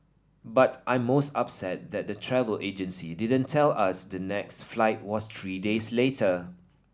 but I'm most upset that the travel agency didn't tell us the next flight was three days later